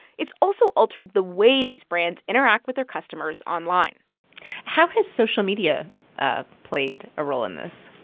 it's also altered the way these brands interact with their customers online how has social media ah played a role in this?